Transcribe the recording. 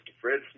Fred